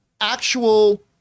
actual